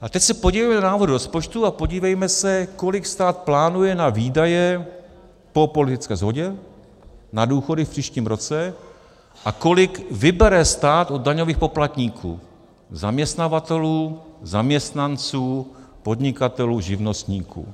A teď se podívejme do návrhu rozpočtu a podívejme se, kolik stát plánuje na výdaje, po politické shodě, na důchody v příštím roce a kolik vybere stát od daňových poplatníků: zaměstnavatelů, zaměstnanců, podnikatelů, živnostníků.